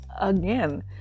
again